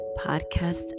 podcast